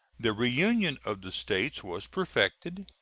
the reunion of the states was perfected,